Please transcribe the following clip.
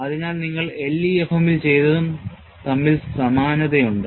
അതിനാൽ നിങ്ങൾ LEFM ൽ ചെയ്തതും തമ്മിൽ സമാനതയുണ്ട്